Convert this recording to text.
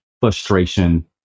frustration